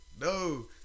No